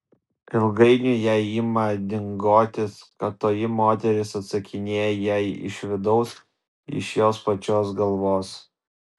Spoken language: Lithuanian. ilgainiui jai ima dingotis kad toji moteris atsakinėja jai iš vidaus iš jos pačios galvos